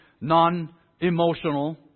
non-emotional